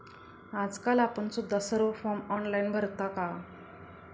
आजकाल आपण सुद्धा सर्व फॉर्म ऑनलाइन भरता का?